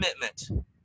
commitment